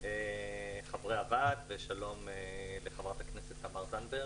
חברי הוועדה וח"כ תמר זנדברג.